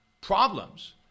problems